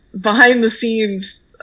behind-the-scenes